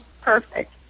Perfect